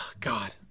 God